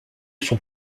son